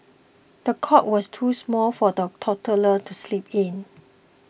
the cot was too small for the toddler to sleep in